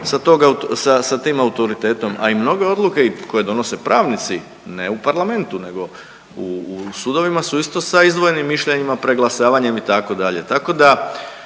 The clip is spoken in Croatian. sa tim autoritetom, a i mnoge odluke koje donose pravnici, ne u parlamentu nego u sudovima su isto sa izdvojenim mišljenjima, preglasavanjem, itd., tako da